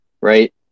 right